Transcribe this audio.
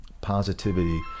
positivity